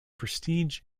prestige